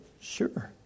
sure